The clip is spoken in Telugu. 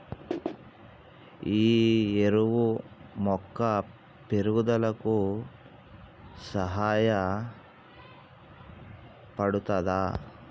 ఈ ఎరువు మొక్క పెరుగుదలకు సహాయపడుతదా?